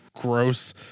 gross